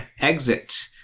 exit